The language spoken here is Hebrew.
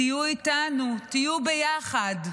תהיו איתנו, תהיו ביחד.